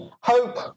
hope